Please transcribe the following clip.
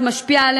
שאלה